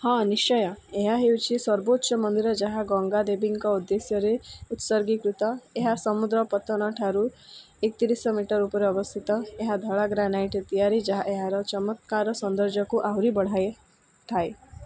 ହଁ ନିଶ୍ଚୟ ଏହା ହେଉଛି ସର୍ବୋଚ୍ଚ ମନ୍ଦିର ଯାହା ଗଙ୍ଗା ଦେବୀଙ୍କ ଉଦ୍ଦେଶ୍ୟରେ ଉତ୍ସର୍ଗୀକୃତ ଏହା ସମୁଦ୍ର ପତ୍ତନ ଠାରୁ ଏକତିରିଶ ମିଟର ଉପରେ ଅବସ୍ଥିତ ଏହା ଧଳା ଗ୍ରାନାଇଟ୍ରେ ତିଆରି ଯାହା ଏହାର ଚମତ୍କାର ସୌନ୍ଦର୍ଯ୍ୟକୁ ଆହୁରି ବଢ଼ାଇଥାଏ